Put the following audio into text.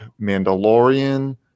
Mandalorian